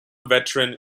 veteran